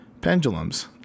pendulums